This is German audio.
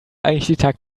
eigentlich